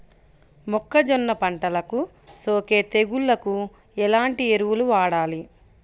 మొక్కజొన్న పంటలకు సోకే తెగుళ్లకు ఎలాంటి ఎరువులు వాడాలి?